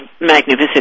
magnificent